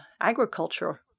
agriculture